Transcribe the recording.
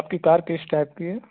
آپ کی کار کس ٹائپ کی ہے